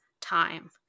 time